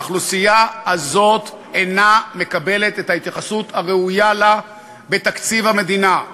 האוכלוסייה הזאת אינה מקבלת את ההתייחסות הראויה לה בתקציב המדינה,